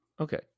Okay